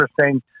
interesting